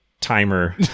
timer